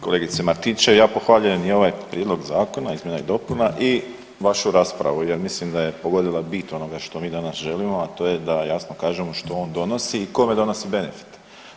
Kolegice Martinčev, ja pohvaljujem i ovaj prijedlog zakona izmjena i dopuna i vašu raspravu jer mislim da je pogodila bit onoga što mi danas želimo, a to je da jasno kažemo što on donosi i kome donosi benefit.